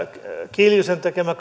kiljusen tekemän